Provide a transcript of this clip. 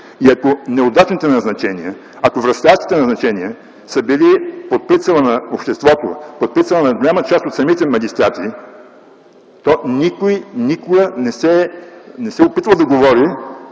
И ако неудачните назначения, ако връзкарските назначения са били под прицела на обществото, под прицела на голяма част от самите магистрати, то никой никога не се е опитвал да говори